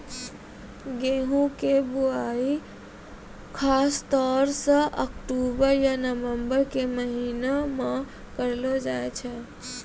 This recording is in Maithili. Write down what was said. गेहूँ के बुआई खासतौर सॅ अक्टूबर या नवंबर के महीना मॅ करलो जाय छै